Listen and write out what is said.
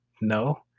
no